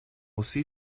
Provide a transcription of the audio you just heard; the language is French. aussi